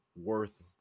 worth